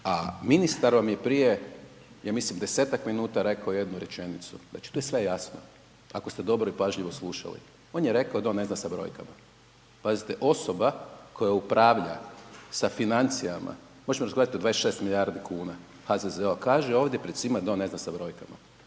a ministar vam je prije ja mislim 10-ak minuta rekao jednu rečenicu, znači tu je sve jasno, ako ste dobro i pažljivo slušali. On je rekao da on ne zna sa brojkama. Pazite osoba koja upravlja sa financijama, možemo razgovarati o 26 milijardi kuna, HZZO, kaže ovdje pred svima da on ne zna sa brojkama.